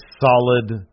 solid